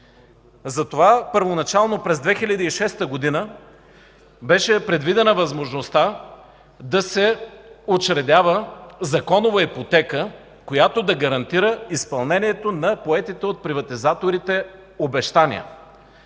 Затова първоначално през 2006 г. беше предвидена възможността да се учредява законова ипотека, която да гарантира изпълнението на поетите от приватизаторите обещания.